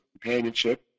companionship